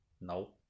No